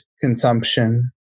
consumption